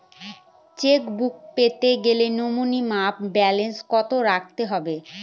Chequebook পেতে গেলে minimum balance কত রাখতে হবে?